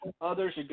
Others